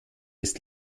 ist